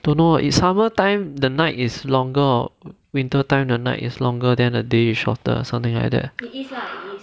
I don't know it's summer time the night is longer or winter time the night is longer than the day shorter something like that